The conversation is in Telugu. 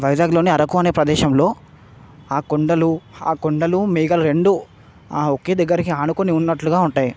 వైజాగ్లోనే అరకు అనే ప్రదేశంలో కొండలు కొండలు మేఘాలు రెండూ ఒకే దగ్గరికి ఆనుకొని ఉన్నట్లుగా ఉంటాయి